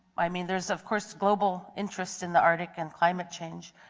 i mean there is of course global interest in the arctic and climate change.